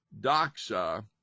doxa